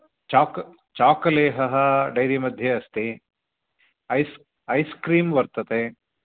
चाक् चाकलेहः डैरी मध्ये अस्ति ऐस् ऐस्क्रीम् वर्तते